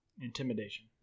Intimidation